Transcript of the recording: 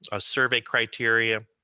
a survey criteria.